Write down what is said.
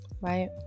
right